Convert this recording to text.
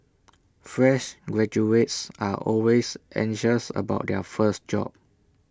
fresh graduates are always anxious about their first job